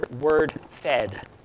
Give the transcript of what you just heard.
word-fed